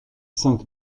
cinq